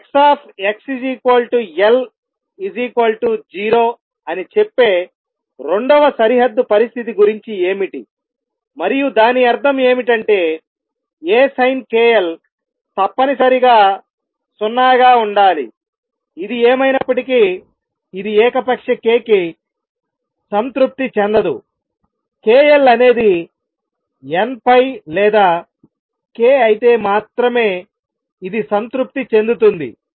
Xx L 0 అని చెప్పే రెండవ సరిహద్దు పరిస్థితి గురించి ఏమిటి మరియు దాని అర్థం ఏమిటంటేA sin k L తప్పనిసరిగా 0 గా ఉండాలి ఇది ఏమైనప్పటికీ ఇది ఏకపక్ష k కి సంతృప్తి చెందదు k L అనేది n లేదా k అయితే మాత్రమే ఇది సంతృప్తి చెందుతుంది